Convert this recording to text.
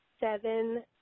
seven